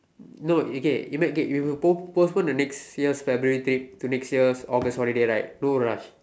no okay ima~ okay you've post~ postpone the next year's February trip to next year's August holiday right no rush